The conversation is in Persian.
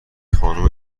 خانم